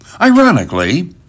Ironically